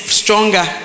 stronger